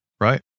Right